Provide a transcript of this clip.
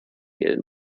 wählen